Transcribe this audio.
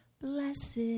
Blessed